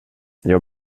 jag